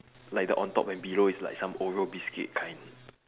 like the on top and below is like some oreo biscuit kind